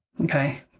okay